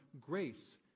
grace